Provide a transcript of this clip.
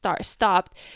stopped